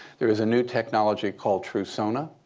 there is a new technology called trusona.